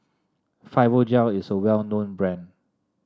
Fibogel is well known brand